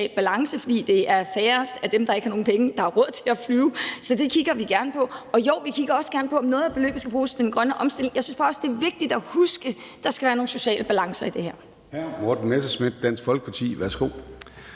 balance, fordi det er færrest af dem, der ikke har nogen penge, der har råd til at flyve, så det kigger vi gerne på – og ja, vi kigger også gerne på, om noget af beløbet skal bruges på den grønne omstilling. Jeg synes også, det er vigtigt at huske, at der skal være nogle sociale balancer i det her.